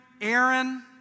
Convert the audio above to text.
Aaron